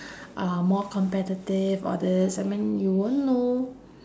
uh more competitive all this I mean you won't know